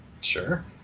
Sure